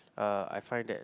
uh I find that